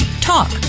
Talk